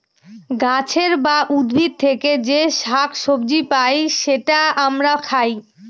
গাছের বা উদ্ভিদ থেকে যে শাক সবজি পাই সেটা আমরা খাই